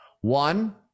One